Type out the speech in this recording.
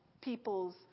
people's